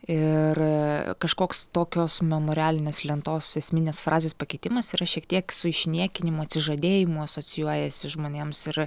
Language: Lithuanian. ir kažkoks tokios memorialinės lentos esminės frazės pakitimas yra šiek tiek su išniekinimu atsižadėjimu asocijuojasi žmonėms ir